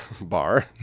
bar